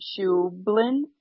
Shublin